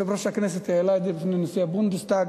יושב-ראש הכנסת העלה את זה בפני נשיא הבונדסטאג.